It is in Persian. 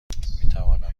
میتوانم